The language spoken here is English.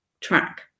track